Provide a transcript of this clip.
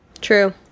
True